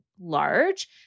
large